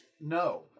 No